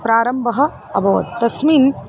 प्रारम्भः अभवत् तस्मिन्